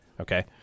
okay